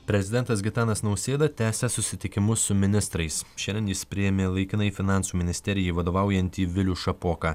prezidentas gitanas nausėda tęsia susitikimus su ministrais šiandien jis priėmė laikinai finansų ministerijai vadovaujantį vilių šapoką